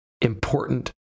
important